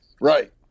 Right